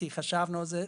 כי חשבנו על זה,